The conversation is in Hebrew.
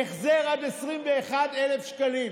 החזר עד 21,000 שקלים.